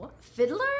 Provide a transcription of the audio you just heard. fiddler